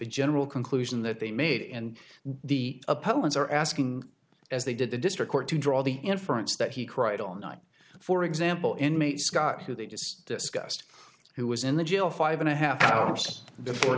general conclusion that they made and the opponents are asking as they did the district court to draw the inference that he cried all night for example in me scott who they just discussed who was in the jail five and a half hours before